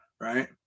right